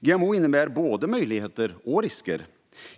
GMO innebär både möjligheter och risker.